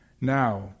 Now